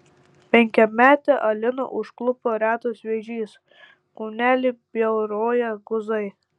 penkiametę aliną užklupo retas vėžys kūnelį bjauroja guzai